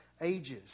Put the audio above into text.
ages